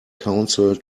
council